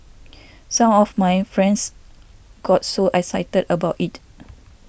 some of my friends got so excited about it